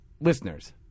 Listeners